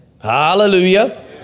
Hallelujah